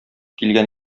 килгән